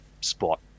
spot